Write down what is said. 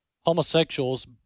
homosexuals